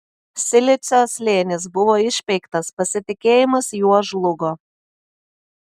silicio slėnis buvo išpeiktas pasitikėjimas juo žlugo